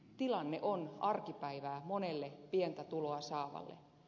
tilanne on arkipäivää monelle pientä tuloa saavalle